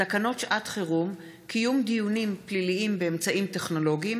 תקנות שעת חירום (קיום דיונים פליליים באמצעים טכנולוגיים),